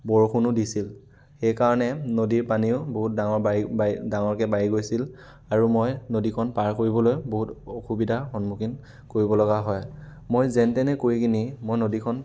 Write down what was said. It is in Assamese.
বৰষুণো দিছিল সেইকাৰণে নদীৰ পানীও বহুত ডাঙৰ বাঢ়ি বাঢ়ি ডাঙৰকে বাঢ়ি গৈছিল আৰু মই নদীখন পাৰ কৰিবলৈ বহুত অসুবিধাৰ সন্মুখীন কৰিবলগা হয় মই যেন তেনে কৰি কিনি মই নদীখন